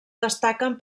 destaquen